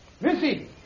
Missy